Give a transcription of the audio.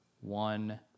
one